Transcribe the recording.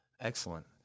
excellent